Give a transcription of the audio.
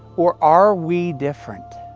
or are we different?